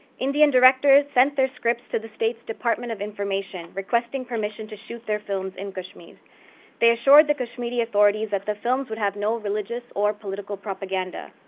indian directors sent their scripts to the state's department of information, requesting permission to shoot their films in kashmir they assured the kashmiri authorities that the films would have no religious or political propaganda.